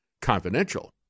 confidential